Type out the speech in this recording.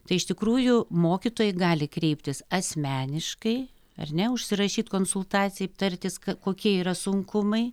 tai iš tikrųjų mokytojai gali kreiptis asmeniškai ar ne užsirašyt konsultacijai tartis kokie yra sunkumai